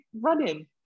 running